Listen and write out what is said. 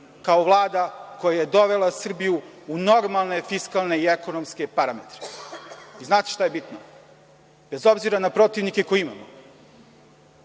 kao Vlada koja je dovela Srbiju u normalne fiskalne i ekonomske parametre. Znate šta je bitno, bez obzira na protivnike koje imamo,